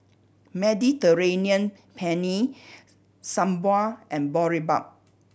Mediterranean Penne Sambar and Boribap